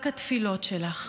רק התפילות שלך.